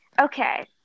okay